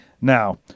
Now